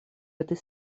этой